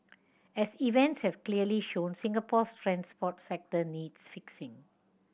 as events have clearly shown Singapore's transport sector needs fixing